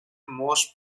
most